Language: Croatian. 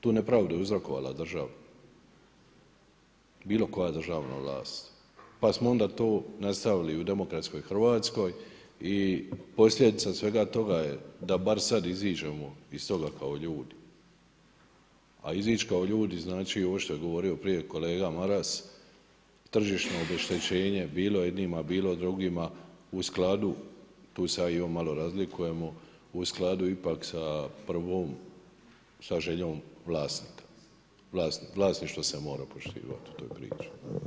Tu nepravdu je uzrokovala država, bilo koja državna vlast pa smo onda to nastavili i u demokratskoj Hrvatskoj i posljedica svega toga je da bar sada iziđemo iz toga kao ljudi, a izić kao ljudi znači ovo što je govorio prije kolega Maras, tržišno obeštećenima bilo jednima, bilo drugima u skladu, tu se ja i on malo razlikujemo u skladu ipak sa prvom sa željom vlasnika, vlasništvo se mora poštivat u toj priči.